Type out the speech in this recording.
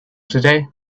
today